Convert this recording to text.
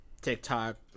TikTok